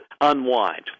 unwind